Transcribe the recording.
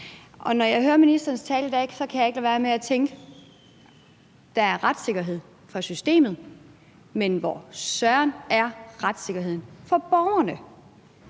og når jeg hører ministerens tale i dag, kan jeg ikke lade være med at tænke, at der er retssikkerhed for systemet, men hvor søren retssikkerheden for borgerne